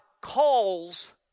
calls